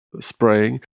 spraying